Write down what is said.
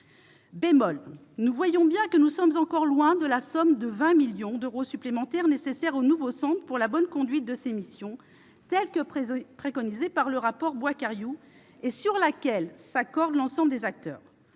: nous voyons bien que nous sommes encore loin de la somme de 20 millions d'euros supplémentaires nécessaires au nouveau centre pour la bonne conduite de ses missions, telle que préconisée par le rapport Bois-Cariou et sur laquelle s'accordent l'ensemble des acteurs.